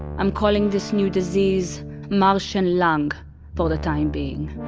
am calling this new disease martian lung for the time being